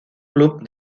club